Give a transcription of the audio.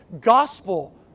gospel